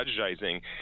strategizing